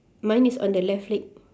mine is on the left leg